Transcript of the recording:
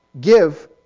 Give